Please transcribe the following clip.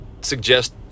suggest